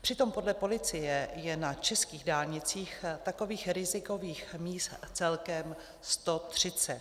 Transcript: Přitom podle policie je na českých dálnicích takových rizikových míst celkem 130.